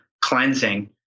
cleansing